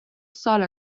سال